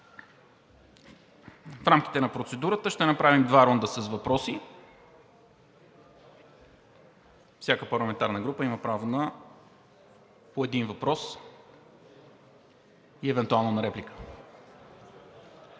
В рамките на процедурата ще направим два рунда с въпроси. Всяка парламентарна група има право на по един въпрос и евентуално на реплика.